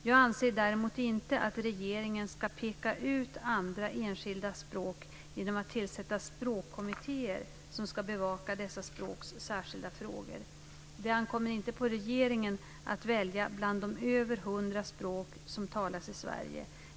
Jag anser däremot inte att regeringen ska peka ut andra enskilda språk genom att tillsätta språkkommittéer som ska bevaka dessa språks särskilda frågor. Det ankommer inte på regeringen att välja bland de över hundra språk som talas i Sverige.